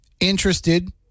interested